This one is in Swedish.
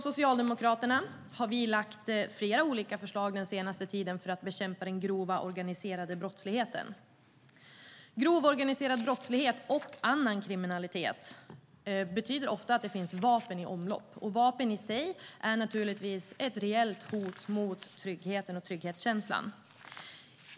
Socialdemokraterna har lagt fram flera olika förslag den senaste tiden för att bekämpa den grova organiserade brottsligheten. Grov organiserad brottslighet och annan kriminalitet betyder ofta att det finns vapen i omlopp. Vapen i sig är naturligtvis ett reellt hot mot tryggheten och trygghetskänslan.